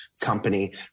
company